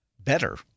better